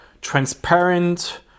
transparent